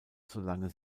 solange